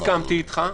לא הסכמתי אתך,